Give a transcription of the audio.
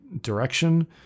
direction